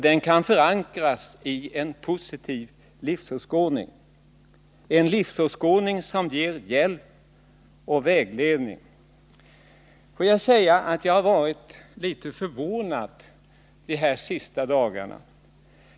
Den kan förankras i en positiv livsåskådning, som ger hjälp och vägledning. Jag har varit litet förvånad under de senaste dagarna.